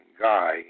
guy